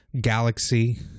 galaxy